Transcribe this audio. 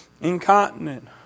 incontinent